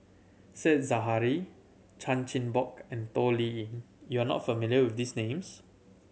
Said Zahari Chan Chin Bock and Toh Liying you are not familiar with these names